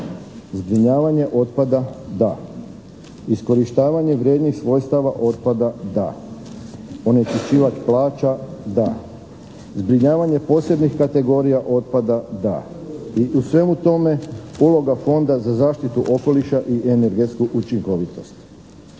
Zbrinjavanje otpada – da. Iskorištavanje vrijednih svojstava otpada – da. Onečiščivač plaća – da. Zbrinjavanje posebnih kategorija otpada – da. I u svemu tome uloga Fonda za zaštitu okoliša i energetsku učinkovitost.